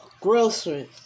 Groceries